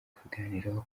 kubiganiraho